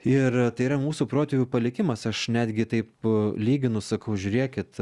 ir tai yra mūsų protėvių palikimas aš netgi taip lyginu sakau žiūrėkit